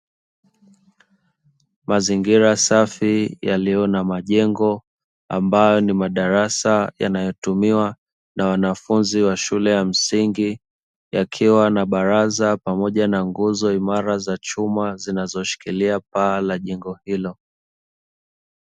Mazingira safi yaliyo na majengo ambayo ni madarasa yanayotumiwa na wanafunzi wa shule ya msingi yakiwa na baraza, pamoja na nguzo imara za chuma zinazoshikilia paa la jengo hilo.